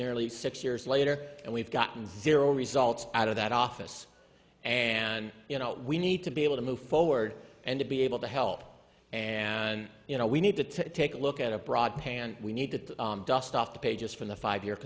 nearly six years later and we've gotten zero results out of that office and you know we need to be able to move forward and to be able to help and you know we need to take a look at a broad hand we need to dust off the pages from the five year